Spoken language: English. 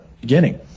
beginning